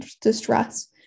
distress